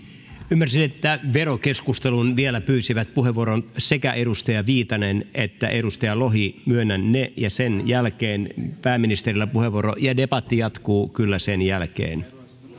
ymmärsin että verokeskusteluun vielä pyysivät puheenvuoron sekä edustaja viitanen että edustaja lohi myönnän ne ja sen jälkeen pääministerillä puheenvuoro ja debatti jatkuu kyllä sen jälkeen